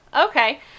okay